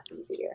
easier